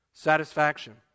Satisfaction